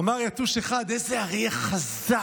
אמר יתוש אחד: איזה אריה חזק.